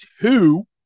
two